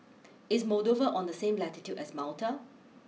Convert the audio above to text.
is Moldova on the same latitude as Malta